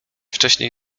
wcześniej